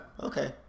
Okay